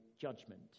judgment